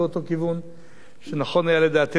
שנכון היה לדעתנו אז לשתף פעולה עם הוועדה.